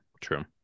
true